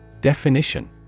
Definition